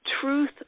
Truth